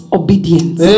obedience